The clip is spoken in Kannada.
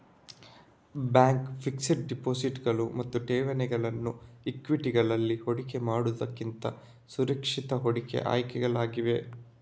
ಬ್ಯಾಂಕ್ ಫಿಕ್ಸೆಡ್ ಡೆಪಾಸಿಟುಗಳು ಮತ್ತು ಠೇವಣಿಗಳು ಈಕ್ವಿಟಿಗಳಲ್ಲಿ ಹೂಡಿಕೆ ಮಾಡುವುದಕ್ಕಿಂತ ಸುರಕ್ಷಿತ ಹೂಡಿಕೆ ಆಯ್ಕೆಗಳಾಗಿವೆ